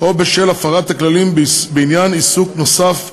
או בשל הפרת הכללים בעניין עיסוק נוסף אסור,